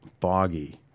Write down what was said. foggy